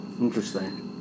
Interesting